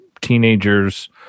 teenagers